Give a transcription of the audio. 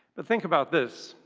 but think about this.